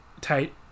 tight—